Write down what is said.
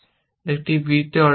একটি b তে অর্জন হবে